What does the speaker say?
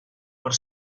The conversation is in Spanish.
por